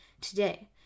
today